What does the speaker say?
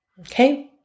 Okay